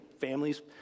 families